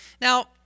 Now